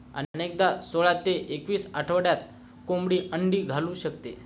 अनेकदा सोळा ते एकवीस आठवड्यात कोंबडी अंडी घालू शकते